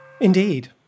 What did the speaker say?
Indeed